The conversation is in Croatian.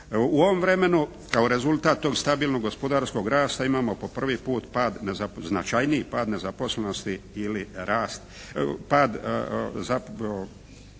U ovom vremenu kao rezultat tog stabilnog gospodarskog rasta imamo po prvi puta pad, značajniji pad nezaposlenosti ili rast,